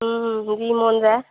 যি মন যায়